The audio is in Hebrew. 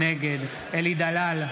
נגד אלי דלל,